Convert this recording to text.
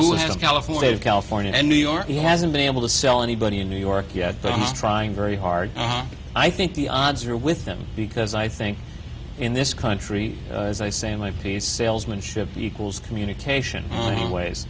n california of california and new york he hasn't been able to sell anybody in new york yet but i'm trying very hard i think the odds are with them because i think in this country as i say my piece salesmanship equals communication anyways